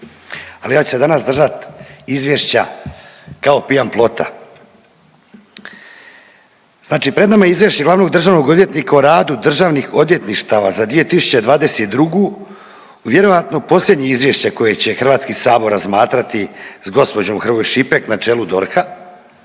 Ali ja ću se danas držat izvješća kao pijan plota. Znači pred nama je Izvješća glavnog državnog odvjetnika o radu državnih odvjetništava za 2022. vjerovatno posljednje izvješće koje će HS razmatrati s gospođom Hrvoj Šipek na čelu DORH-a,